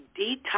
detox